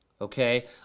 okay